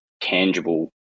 tangible